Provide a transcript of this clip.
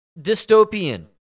dystopian